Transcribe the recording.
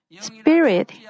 Spirit